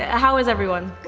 ah how is everyone?